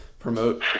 promote